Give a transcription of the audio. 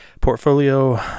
portfolio